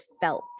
felt